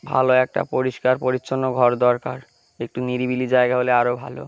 ভালো একটা পরিষ্কার পরিচ্ছন্ন ঘর দরকার একটু নিরিবিলি জায়গা হলে আরো ভালো